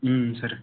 sir